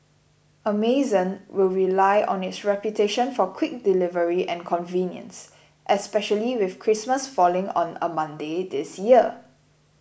Amazon will rely on its reputation for quick delivery and convenience especially with Christmas falling on a Monday this year